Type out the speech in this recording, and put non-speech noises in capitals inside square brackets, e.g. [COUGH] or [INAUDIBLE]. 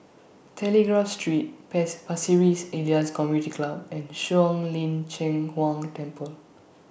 [NOISE] Telegraph Street pace Pasir Ris Elias Community Club and Shuang Lin Cheng Huang Temple